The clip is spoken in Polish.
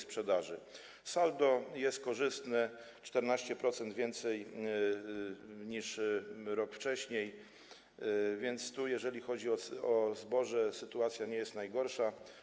Saldo jest korzystne, 14% więcej niż rok wcześniej, więc jeżeli chodzi o zboże, sytuacja nie jest najgorsza.